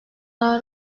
daha